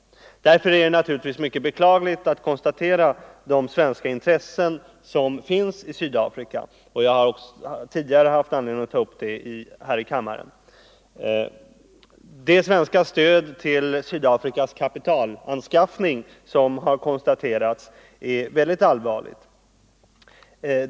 Därför är det naturligtvis mycket beklagligt att det — Ang. förekomsten också finns svenska intressen i Sydafrika; jag har också tidigare haft av svenska bankers anledning att ta upp det här i kammaren. lånegarantier till Det svenska stöd till Sydafrikas kapitalanskaffning som har konsta — Sydafrika terats är väldigt allvarligt.